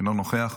אינו נוכח,